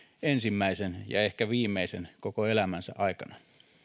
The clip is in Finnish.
ensimmäisen ja ehkä viimeisen koko elämänsä aikana